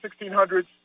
1600s